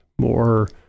more